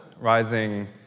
rising